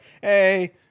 hey